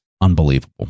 unbelievable